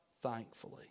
thankfully